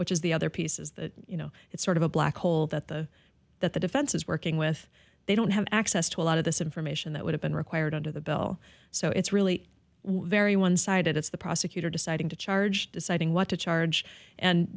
which is the other piece is that you know it's sort of a black hole that the that the defense is working with they don't have access to a lot of this information that would have been required under the bill so it's really very one sided it's the prosecutor deciding to charge deciding what to charge and